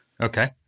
Okay